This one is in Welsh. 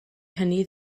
hynny